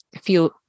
feel